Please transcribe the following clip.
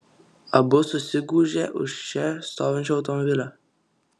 abu susigūžė už čia stovinčio automobilio